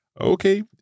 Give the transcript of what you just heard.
Okay